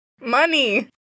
Money